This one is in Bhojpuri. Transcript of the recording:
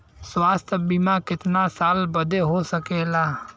स्वास्थ्य बीमा कितना साल बदे हो सकेला?